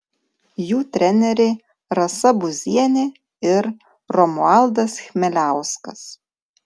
jų treneriai rasa buzienė ir romualdas chmeliauskas